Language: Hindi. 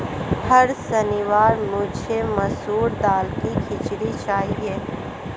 हर शनिवार मुझे मसूर दाल की खिचड़ी चाहिए